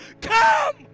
come